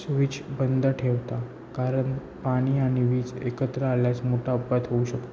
switch बंद ठेवता कारण पाणी आणि वीज एकत्र आल्यास मोठा उत्पात होऊ शकतो